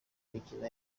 imikino